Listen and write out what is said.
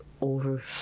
over